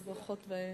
אז ברכות והצלחות.